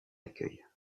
accueille